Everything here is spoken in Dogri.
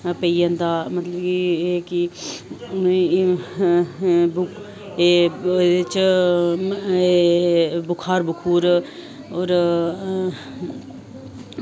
पेई जंदा मतलव की उनें एह्दे च एह् बुखार बखूर और